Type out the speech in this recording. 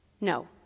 No